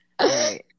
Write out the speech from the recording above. right